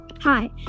Hi